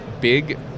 big